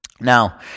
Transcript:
Now